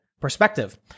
perspective